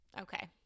Okay